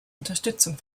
unterstützung